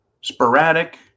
sporadic